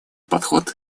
подход